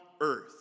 earth